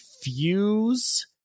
Fuse